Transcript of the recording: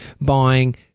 buying